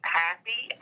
happy